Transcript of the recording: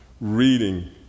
reading